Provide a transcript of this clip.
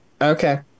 okay